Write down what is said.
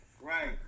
Right